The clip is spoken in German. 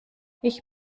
ich